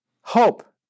hope